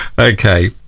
okay